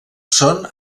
són